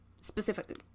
specifically